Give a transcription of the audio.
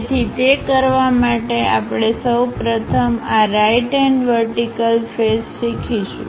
તેથી તે કરવા માટે આપણે સૌ પ્રથમ આ રાઈટ હેન્ડ વર્ટિકલ ફેસ શીખીશું